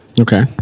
Okay